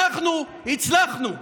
אנחנו הצלחנו.